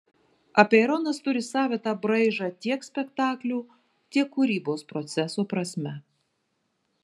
apeironas turi savitą braižą tiek spektaklių tiek kūrybos proceso prasme